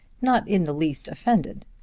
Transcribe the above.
not in the least offended.